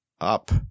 up